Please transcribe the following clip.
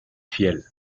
fiel